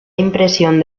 impresión